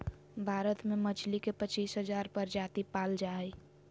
भारत में मछली के पच्चीस हजार प्रजाति पाल जा हइ